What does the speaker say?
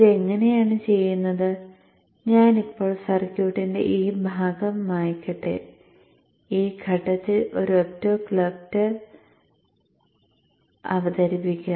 ഇത് എങ്ങനെയാണ് ചെയ്യുന്നത് ഞാൻ ഇപ്പോൾ സർക്യൂട്ടിന്റെ ഈ ഭാഗം മായ്ക്കട്ടെ ഈ ഘട്ടത്തിൽ ഒരു ഒപ്റ്റോകപ്ലർ അവതരിപ്പിക്കാം